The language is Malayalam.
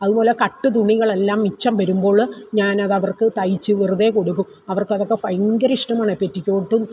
അതുപോലെ കട്ട് തുണികളെല്ലാം മിച്ചം വരുമ്പോൾ ഞാനതവർക്ക് തയ്ച്ച് വെറുതെ കൊടുക്കും അവർക്കതൊക്കെ ഭയങ്കര ഇഷ്ടമാണ് പെറ്റിക്കോട്ടും